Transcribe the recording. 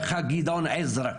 גדעון עזרא,